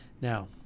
Now